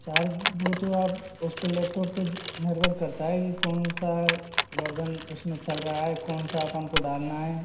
charge वो तो आप उसपे लैपटॉप पे निर्भर करता है कि कौन सा वर्जन उसमें चल रहा है कौन सा अपन को डालना है